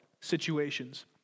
situations